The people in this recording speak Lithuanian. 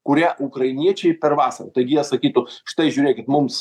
kurią ukrainiečiai per vasarą taigi jie sakytų štai žiūrėkit mums